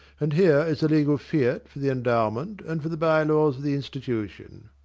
and here is the legal fiat for the endowment and for the bye-laws of the institution.